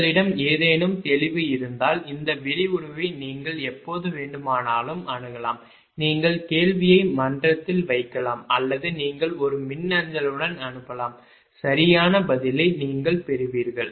உங்களிடம் ஏதேனும் தெளிவு இருந்தால் இந்த விரிவுரையை நீங்கள் எப்போது வேண்டுமானாலும் அணுகலாம் நீங்கள் கேள்வியை மன்றத்தில் வைக்கலாம் அல்லது நீங்கள் ஒரு மின்னஞ்சலுடன் அனுப்பலாம் சரியான பதிலைப் பெறுவீர்கள்